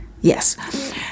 Yes